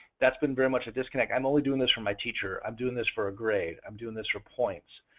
that's been very much a disconnect i'm only doing this for my teacher, i'm doing this for a grade, i'm doing this for points.